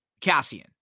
Cassian